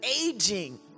aging